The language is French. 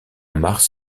mars